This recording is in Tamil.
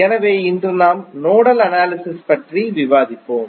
எனவே இன்று நாம் நோடல் அனாலிஸிஸ் பற்றி விவாதிப்போம்